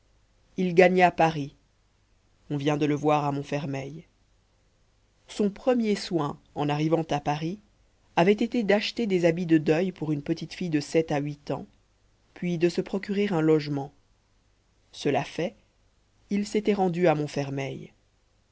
il gagna paris on vient de le voir à montfermeil son premier soin en arrivant à paris avait été d'acheter des habits de deuil pour une petite fille de sept à huit ans puis de se procurer un logement cela fait il s'était rendu à montfermeil